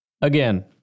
again